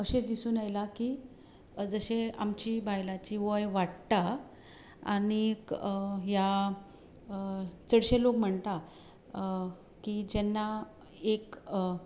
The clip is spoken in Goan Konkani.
अशें दिसून येला की जशें आमची बायलाची वय वाडटा आनीक ह्या चडशे लोक म्हणटा की जेन्ना एक